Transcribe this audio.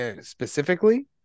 specifically